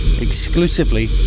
exclusively